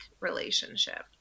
relationship